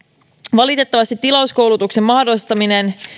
valitettavasti tilauskoulutuksen mahdollistaminen